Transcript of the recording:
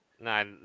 No